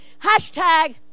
hashtag